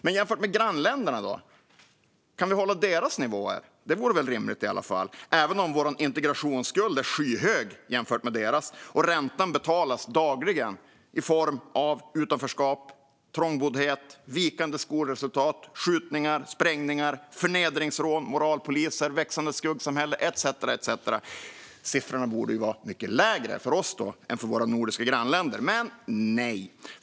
Men jämfört med grannländerna då - kan vi hålla deras nivåer? Det vore väl rimligt, även om Sveriges integrationsskuld är skyhög jämfört med deras och räntan dagligen betalas i form av utanförskap, trångboddhet, vikande skolresultat, skjutningar, sprängningar, förnedringsrån, moralpoliser, ett växande skuggsamhälle etcetera. Siffrorna borde vara mycket lägre för oss än för våra nordiska grannländer. Men nej, så är det inte.